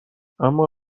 اما